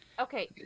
Okay